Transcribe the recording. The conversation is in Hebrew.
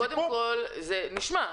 קודם כול, זה נשמע.